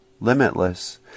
limitless